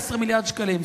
17 מיליארד שקלים.